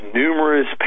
numerous